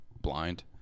blind